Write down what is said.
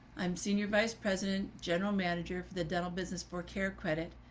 i'm senior vice president general manager for the dental business for care credit,